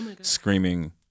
screaming